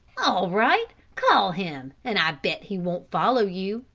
all right, call him, and i bet he won't follow you,